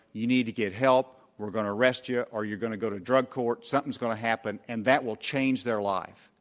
you need to get help. we're going to arrest you, or you're going to go to drug court. something's going to happen. and that will change their life.